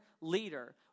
leader